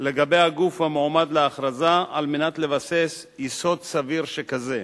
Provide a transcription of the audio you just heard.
על הגוף המועמד להכרזה כדי לבסס יסוד סביר שכזה.